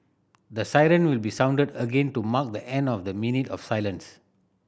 the siren will be sounded again to mark the end of the minute of silence